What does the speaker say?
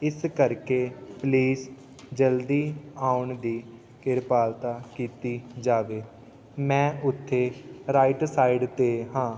ਇਸ ਕਰਕੇ ਪਲੀਜ਼ ਜਲਦੀ ਆਉਣ ਦੀ ਕਿਰਪਾਲਤਾ ਕੀਤੀ ਜਾਵੇ ਮੈਂ ਉੱਥੇ ਰਾਈਟ ਸਾਈਡ 'ਤੇ ਹਾਂ